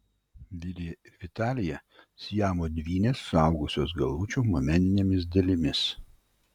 vilija ir vitalija siamo dvynės suaugusios galvučių momeninėmis dalimis